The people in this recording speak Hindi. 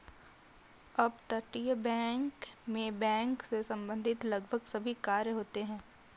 अपतटीय बैंक मैं बैंक से संबंधित लगभग सभी कार्य होते हैं